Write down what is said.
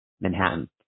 Manhattan